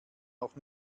noch